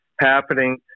happening